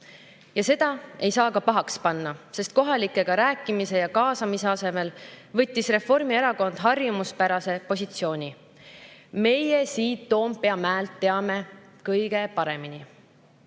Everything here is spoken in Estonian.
Seda ei saa ka pahaks panna, sest kohalikega rääkimise ja kaasamise asemel võttis Reformierakond harjumuspärase positsiooni: meie siit Toompea mäelt teame kõige paremini.